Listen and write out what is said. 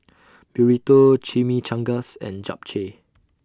Burrito Chimichangas and Japchae